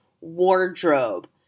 wardrobe